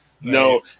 No